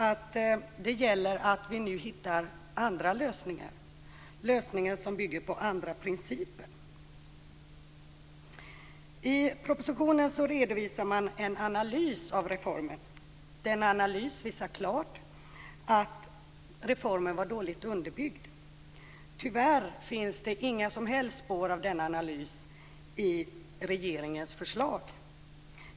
Det gäller alltså att vi nu hittar andra lösningar, lösningar som bygger på andra principer. I propositionen redovisar man en analys av reformen. Denna analys visar klart att reformen var dåligt underbyggd. Tyvärr finns det inga som helst spår av denna analys i regeringens förslag.